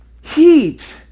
heat